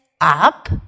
up